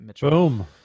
Boom